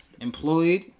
employed